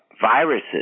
viruses